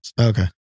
Okay